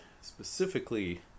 Specifically